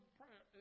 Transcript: prayer